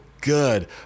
good